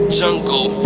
jungle